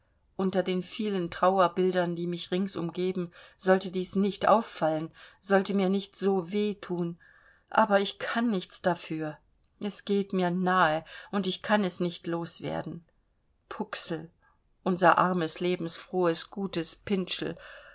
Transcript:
unter den vielen trauerbildern die mich rings umgeben sollte dies nicht auffallen sollte mir nicht so weh thun aber ich kann nichts dafür es geht mir nahe und ich kann es nicht loswerden puxl unser armes lebensfrohes gutes pintschel